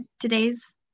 today's